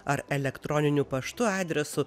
ar elektroniniu paštu adresu